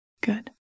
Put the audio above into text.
Good